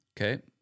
Okay